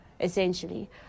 essentially